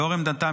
לאור עמדתו,